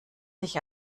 sich